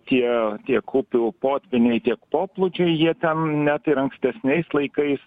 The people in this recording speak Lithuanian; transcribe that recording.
tie tiek upių potvyniai tiek poplūdžiai jie ten net ir ankstesniais laikais